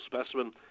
specimen